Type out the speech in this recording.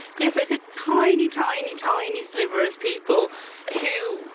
yes there's a tiny, tiny, tiny sliver of people who,